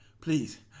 please